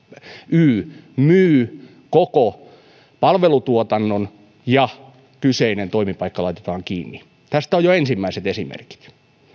y myy koko palvelutuotannon ja kyseinen toimipaikka laitetaan kiinni tästä on jo ensimmäiset esimerkit